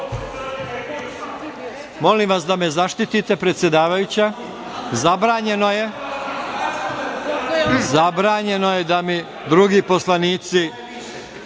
vas da me zaštitite, predsedavajuća. Zabranjeno je da mi drugi poslanici…